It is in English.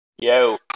Yo